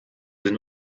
den